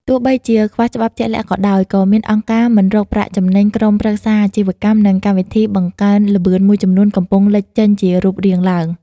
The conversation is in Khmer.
ទោះបីជាខ្វះច្បាប់ជាក់លាក់ក៏ដោយ ក៏មានអង្គការមិនរកប្រាក់ចំណេញ ក្រុមប្រឹក្សាអាជីវកម្ម និងកម្មវិធីបង្កើនល្បឿនមួយចំនួនកំពុងលេចចេញជារូបរាងឡើង ។